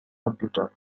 computer